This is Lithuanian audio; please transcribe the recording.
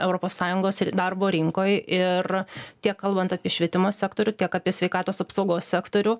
europos sąjungos ir darbo rinkoj ir tiek kalbant apie švietimo sektorių tiek apie sveikatos apsaugos sektorių